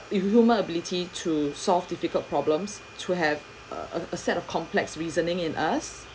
if hu~ human ability to solve difficult problems to have a a set of complex reasoning in us